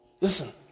Listen